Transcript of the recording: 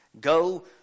Go